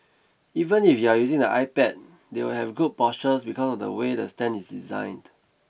even if you're using the iPad they will have good postures because of the way the stand is designed